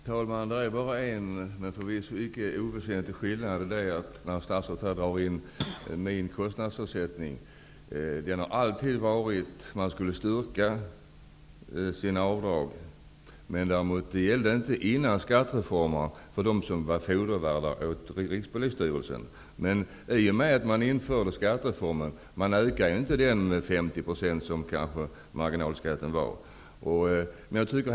Herr talman! Det är bara en, men förvisso icke oväsentlig, skillnad. Vad gäller ledamöternas kostnadsersättning, som statsrådet drar in i debatten, har man alltid behövt styrka sina avdrag. Men före skattereformen gällde detta inte för dem som var fodervärdar åt Rikspolisstyrelsen. I och med att man införde skattereformen måste man styrka sina avdrag.